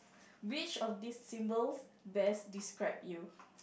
which of these symbols best describe you